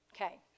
Okay